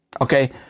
Okay